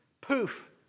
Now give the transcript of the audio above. Poof